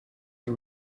are